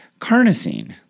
Carnosine